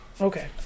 Okay